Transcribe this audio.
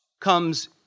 comes